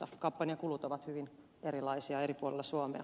kampanjan kulut ovat hyvin erilaisia eri puolilla suomea